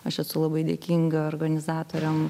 aš esu labai dėkinga organizatoriam